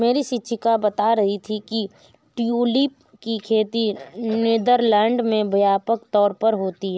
मेरी शिक्षिका बता रही थी कि ट्यूलिप की खेती नीदरलैंड में व्यापक तौर पर होती है